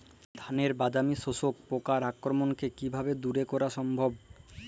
ধানের বাদামি শোষক পোকার আক্রমণকে কিভাবে দূরে করা সম্ভব?